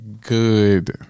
good